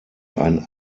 ein